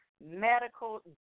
Medical